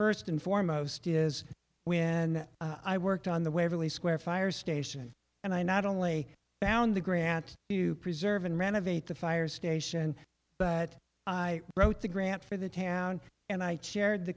first and foremost is when i worked on the waverly square fire station and i not only found the grant you preserve and renovate the fire station but i wrote the grant for the town and i chaired the